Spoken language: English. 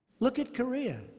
look at korea,